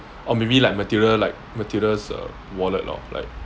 or maybe like material like materials wallet lor like